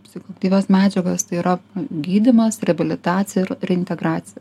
psichoaktyvios medžiagos tai yra gydymas reabilitacija ir reintegracija